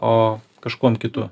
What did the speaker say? o kažkuom kitu